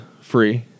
free